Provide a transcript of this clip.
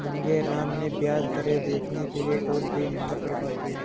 मांगेराम ने ब्याज दरें देखने के लिए टोल फ्री नंबर पर कॉल किया